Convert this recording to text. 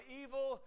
evil